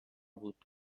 بود